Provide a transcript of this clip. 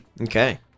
okay